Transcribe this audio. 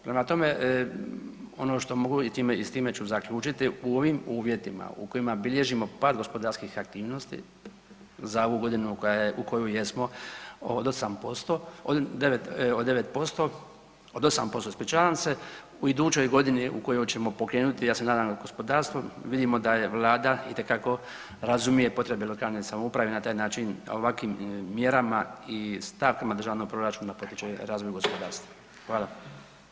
Prema tome, ono što mogu i s time ću zaključiti u ovim uvjetima u kojima bilježimo pad gospodarskih aktivnosti za ovu godinu u koju jesmo od 8%, od 9%, od 8% ispričavam se u idućoj godini u kojoj ćemo pokrenuti ja se nadam gospodarstvo vidimo da je Vlada itekako razumije potrebe lokalne samouprave i na taj način ovakvim mjerama i stavkama državnog proračuna potiče razvoj gospodarstva.